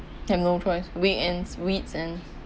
then no choice weekends week's end